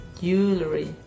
Jewelry